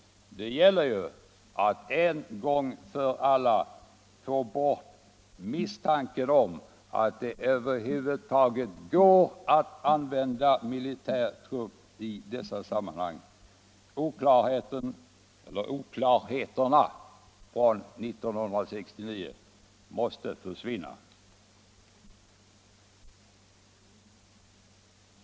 Det gäller ju att en gång för alla få bort misstanken om att det över huvud taget går att använda militär trupp i dessa sammanhang. Oklarheterna från 1969 måste försvinna.